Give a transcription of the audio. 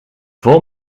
vol